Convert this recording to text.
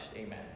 Amen